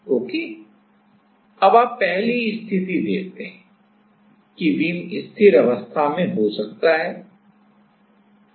okay अब आप पहली स्थिति देखते हैं कि बीम स्थिर अवस्था में हो सकता है दे